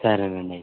సరేనండి అయితే